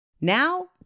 Now